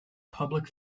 public